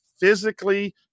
physically